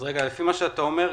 לפי מה שאתה אומר,